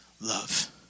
love